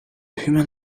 human